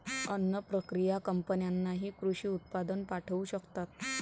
अन्न प्रक्रिया कंपन्यांनाही कृषी उत्पादन पाठवू शकतात